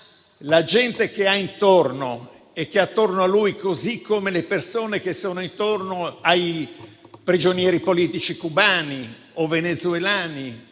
alla gente che è intorno a lui, così come alle persone che sono intorno ai prigionieri politici cubani o venezuelani